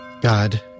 God